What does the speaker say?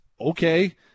okay